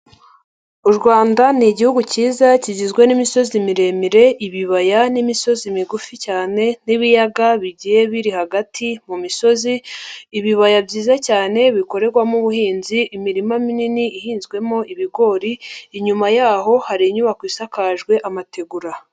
U Rwanda ni igihugu cyiza kigizwe n'imisozi miremire, ibibaya, n'imisozi migufi cyane, n'ibiyaga bigiye biri hagati mu misozi. Ibibaya byiza cyane bikorerwamo ubuhinzi, imirima minini ihinzwemo ibigori, inyuma yaho hari inyubako isakajwe amategura.